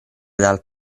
dal